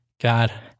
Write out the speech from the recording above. God